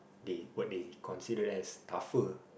they what they consider as tougher